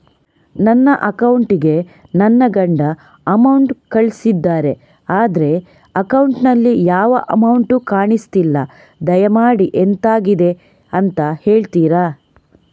ನನ್ನ ಅಕೌಂಟ್ ಗೆ ನನ್ನ ಗಂಡ ಅಮೌಂಟ್ ಕಳ್ಸಿದ್ದಾರೆ ಆದ್ರೆ ಅಕೌಂಟ್ ನಲ್ಲಿ ಯಾವ ಅಮೌಂಟ್ ಕಾಣಿಸ್ತಿಲ್ಲ ದಯಮಾಡಿ ಎಂತಾಗಿದೆ ಅಂತ ಹೇಳ್ತೀರಾ?